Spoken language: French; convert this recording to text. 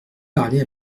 parler